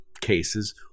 cases